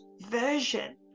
version